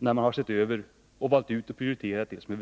när man sett över verksamheten, valt ut det väsentliga och hamnat på en kostnadanpassad nivå.